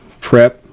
prep